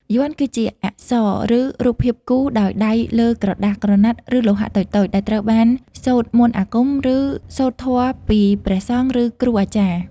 យ័ន្តគឺជាអក្សរ ឬរូបភាពគូរដោយដៃលើក្រដាស ក្រណាត់ ឬលោហៈតូចៗ ដែលត្រូវបានសូត្រមន្តអាគម ឬសូត្រធម៌ពីព្រះសង្ឃ ឬគ្រូអាចារ្យ។